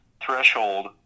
threshold